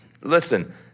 Listen